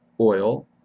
oil